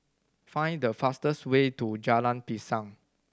find the fastest way to Jalan Pisang